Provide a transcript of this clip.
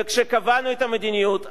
וכשקבענו את המדיניות,